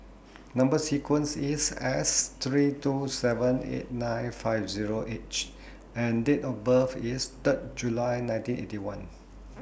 Number sequence IS S three two seven eight nine five Zero H and Date of birth IS Third July nineteen Eighty One